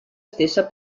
stessa